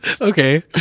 Okay